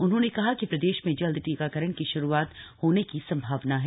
उन्होंने कहा कि प्रदेश में जल्द टीकाकरण की शुरूआत होने की संभावना है